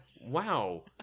wow